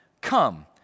come